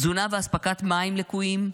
תזונה ואספקת מים לקויים,